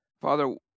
Father